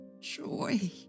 Joy